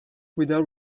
without